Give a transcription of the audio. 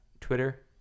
Twitter